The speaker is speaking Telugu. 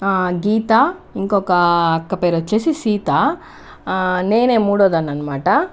గీత ఇంకొక అక్క పేరు వచ్చేసి సీత నేనే మూడోదాన్ని అనమాట